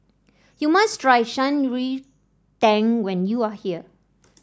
you must try Shan Rui Tang when you are here